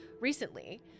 Recently